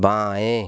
बाएँ